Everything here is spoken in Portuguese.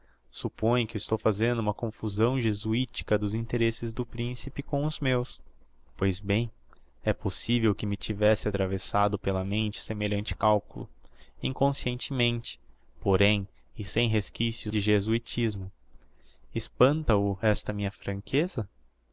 suppõe que estou fazendo uma confusão jesuitica dos interesses do principe com os meus pois bem é possivel que me tivesse atravessado pela mente semelhante calculo inconscientemente porém e sem resquicios de jesuitismo espanta o esta minha franqueza